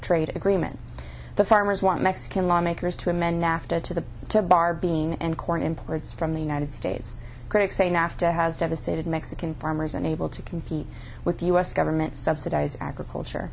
trade agreement the farmers want mexican lawmakers to amend nafta to the to bar being and corn imports from the united states critics say nafta has devastated mexican farmers unable to compete with the u s government subsidized agriculture